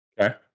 Okay